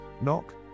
Knock